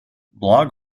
blog